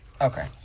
okay